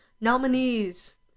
nominees